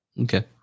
Okay